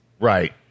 Right